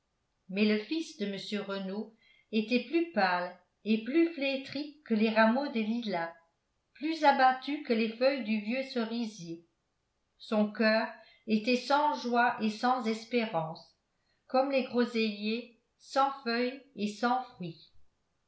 mais le fils de mr renault était plus pâle et plus flétri que les rameaux des lilas plus abattu que les feuilles du vieux cerisier son coeur était sans joie et sans espérance comme les groseilliers sans feuilles et sans fruits